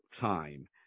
time